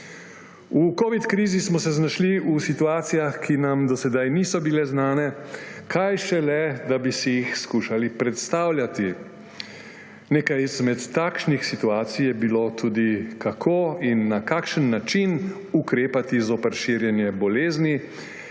V covid krizi smo se znašli v situacijah, ki nam do sedaj niso bile znane, kaj šele, da bi si jih skušali predstavljati. Nekaj izmed takšnih situacij je bilo tudi, kako in na kakšen način ukrepati zoper širjenje bolezni